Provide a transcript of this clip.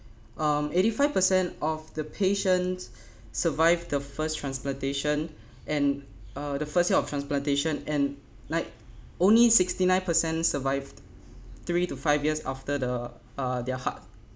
um eighty five percent of the patients survived the first transplantation and uh the first year of transplantation and like only sixty nine percent survived three to five years after the uh their heart